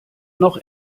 noch